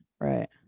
right